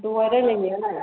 दहाय रायलाय नायालाय